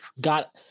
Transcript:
got